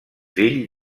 fill